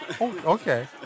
Okay